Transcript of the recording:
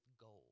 gold